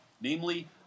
Namely